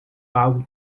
algo